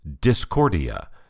Discordia